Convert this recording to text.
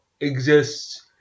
exists